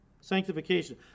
Sanctification